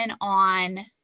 on